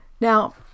Now